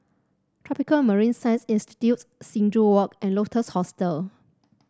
Tropical Marine Science Institute Sing Joo Walk and Lotus Hostel